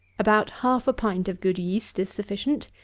about half a pint of good yeast is sufficient.